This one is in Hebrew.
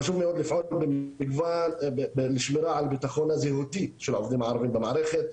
חשוב מאד לפעול לשמירה על הבטחון הזהותי של העובדים הערבים במערכת,